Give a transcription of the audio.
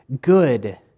good